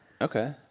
Okay